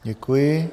Děkuji.